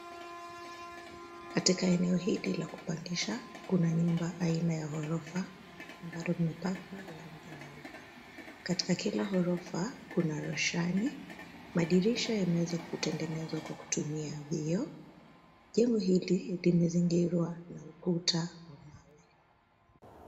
Katika eneo hili la kupangisha, kuna nyumba aina ya ghorofa ambalo limepakwa rangi nyeupe. Katika kila ghorofa kuna roshani. Madirisha yameweza kutengezwa kwa kutumia vioo. Jengo hili limezingirwa na ukuta wa mawe.